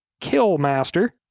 Killmaster